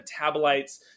metabolites